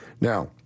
Now